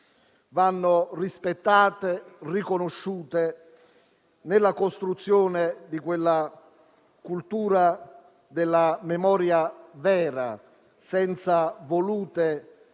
vanno rispettate e riconosciute nella costruzione di quella cultura della memoria vera, senza volute